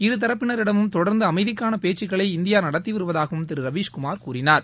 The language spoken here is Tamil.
இருதரப்பினரிடமும் தொடர்ந்து அமைதிக்காள பேச்சுக்களை இந்தியா நடத்தி வருவதாகவும் திரு ரவீஷ்குமார் கூறினார்